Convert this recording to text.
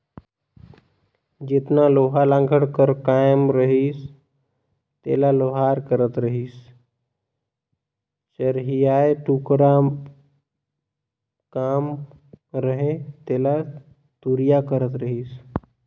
जेतना लोहा लाघड़ कर काम रहत रहिस तेला लोहार करत रहिसए चरहियाए टुकना कर काम रहें तेला तुरिया करत रहिस